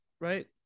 right